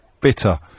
Bitter